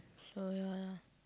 so ya